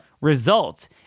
results